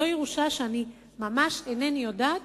זו ירושה שאני ממש אינני יודעת